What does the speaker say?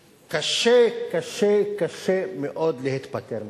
וקשה, קשה, קשה מאוד להיפטר מהן.